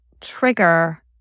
trigger